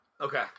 Okay